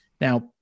Now